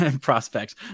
prospects